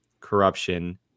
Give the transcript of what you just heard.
corruption